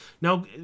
Now